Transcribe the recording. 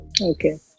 Okay